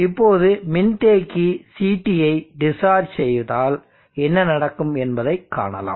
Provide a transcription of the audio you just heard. இப்போது மின்தேக்கி CT ஐ டிஸ்சார்ஜ் செய்தால் என்ன நடக்கும் என்பதை காணலாம்